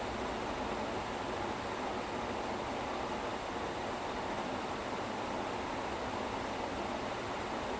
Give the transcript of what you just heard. ya ஆமா அது முக்காவாசி:aamaa athu mukkaavaasi most of it is like that lah ஏனா:yaenaa I don't I don't know writing problems